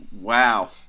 Wow